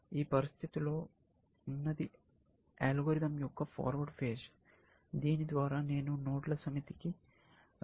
ఈ పరిస్థితిలో ఉన్నది అల్గోరిథం యొక్క ఫార్వర్డ్ ఫేజ్ దీని ద్వారా నేను నోడ్ల సమితి కి రావడానికి గుర్తులను అనుసరిస్తాను